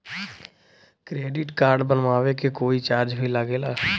Credit card बनवावे के कोई चार्ज भी लागेला?